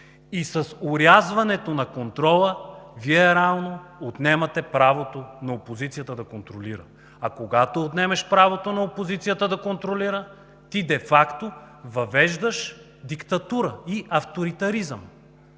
И с орязването на контрола Вие реално отнемате правото на опозицията да контролира. А когато отнемеш правото на опозицията да контролира, ти де факто въвеждаш диктатура и авторитаризъм!